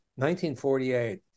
1948